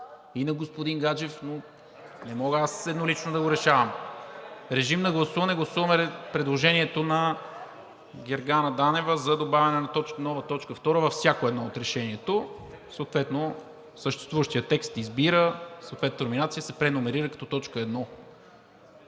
и на господин Гаджев, не мога аз еднолично да го решавам. Режим на гласуване – гласуваме предложението на Гергана Данева за добавяне на нова т. 2 във всяко едно от решенията, съответно съществуващият текст: „Избира“, съответната номерация се преномерира като т. 1.